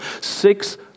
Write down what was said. six